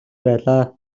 байлаа